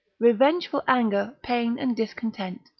revengeful anger, pain and discontent,